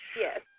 Yes